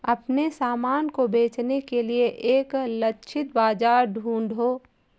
अपने सामान को बेचने के लिए एक लक्षित बाजार ढूंढो